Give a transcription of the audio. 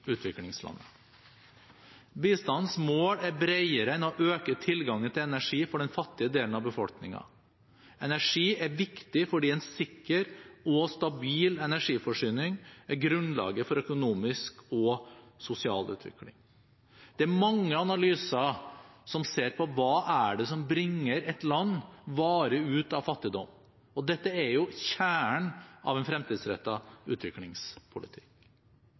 Bistandens mål er bredere enn å øke tilgangen til energi for den fattige delen av befolkningen. Energi er viktig fordi en sikker og stabil energiforsyning er grunnlaget for økonomisk og sosial utvikling. Det er mange analyser som ser på hva det er som bringer et land varig ut av fattigdom, og dette er jo kjernen i en fremtidsrettet utviklingspolitikk.